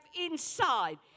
inside